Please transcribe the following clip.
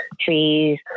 trees